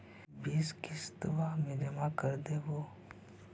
बिस किस्तवा मे जमा कर देवै?